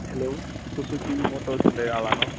hello Suzuki മോട്ടോസിൻറ്റെ ആളാണോ